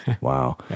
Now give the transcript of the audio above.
Wow